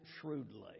shrewdly